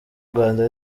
rwanda